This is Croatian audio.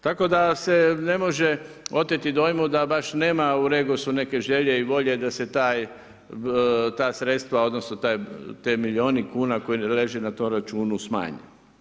Tako da se ne može oteti dojmo da baš nema u REGOSu neke želje i volje da se ta sredstva odnosno ti milijuni kuna koji leže na tom računu smanje.